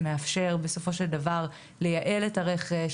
מה שמאפשר בסופו של דבר לייעל את הרכש,